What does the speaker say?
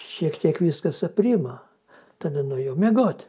šiek tiek viskas aprimo tada nuėjau miegot